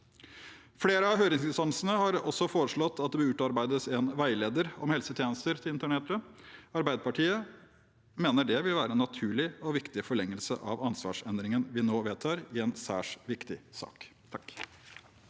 Flere av høringsinstansene har også foreslått at det bør utarbeides en veileder om helsetjenester til internerte. Arbeiderpartiet mener det vil være en naturlig og viktig forlengelse av ansvarsendringen vi nå vedtar i en særs viktig sak.